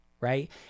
right